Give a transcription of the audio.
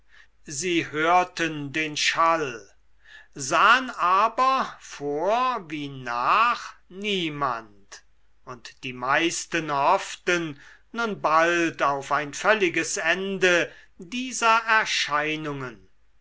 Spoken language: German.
sie hörten den schall sahen aber vor wie nach niemand und die meisten hofften nun bald auf ein völliges ende dieser erscheinungen